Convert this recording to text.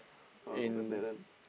in